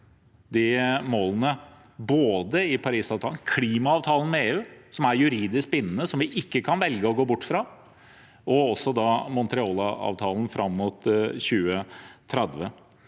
de målene, både i Parisavtalen, i klimaavtalen med EU – som er juridisk bindende, og som vi ikke kan velge å gå bort fra – og i Montrealavtalen fram mot 2030.